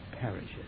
perishes